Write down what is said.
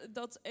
dat